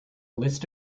list